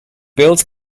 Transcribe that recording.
builds